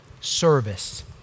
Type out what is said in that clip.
service